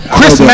Chris